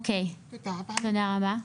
תודה רבה.